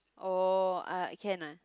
orh I can lah